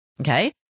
Okay